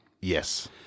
Yes